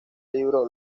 libro